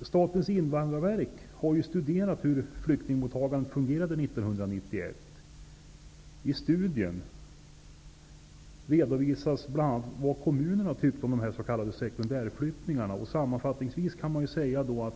Statens invandrarverk har studerat hur flyktingmottagandet fungerade 1991. I studien redovisas bl.a. vad kommunerna tyckte om de s.k. sekundärflyktingarna. Sammanfattningsvis kan man säga att